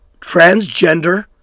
transgender